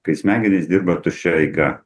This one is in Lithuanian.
kai smegenys dirba tuščia eiga